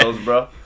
bro